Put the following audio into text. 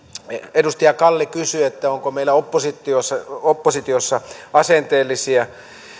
edustaja kalli kysyi onko meillä oppositiossa oppositiossa asenteellisia